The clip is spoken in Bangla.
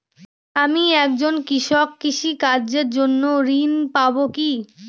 আমি একজন কৃষক কৃষি কার্যের জন্য ঋণ পাব কি?